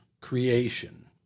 creation